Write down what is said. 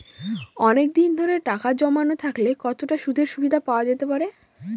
অনেকদিন ধরে টাকা জমানো থাকলে কতটা সুদের সুবিধে পাওয়া যেতে পারে?